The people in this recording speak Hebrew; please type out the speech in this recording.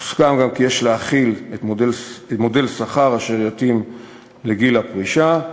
הוסכם גם כי יש להחיל מודל שכר אשר יתאים לגיל הפרישה.